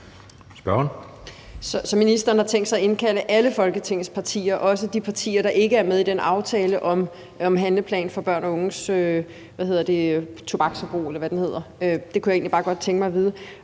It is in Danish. at ministeren har tænkt sig at indkalde alle Folketingets partier, også de partier, der ikke er med i aftalen om en handleplan mod børn og unges rygning? Det kunne jeg egentlig bare godt tænke mig at vide.